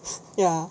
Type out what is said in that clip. ya